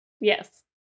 Yes